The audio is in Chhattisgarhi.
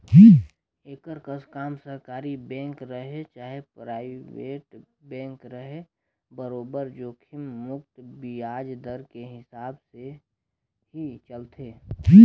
एकर कस काम सरकारी बेंक रहें चाहे परइबेट बेंक रहे बरोबर जोखिम मुक्त बियाज दर के हिसाब से ही चलथे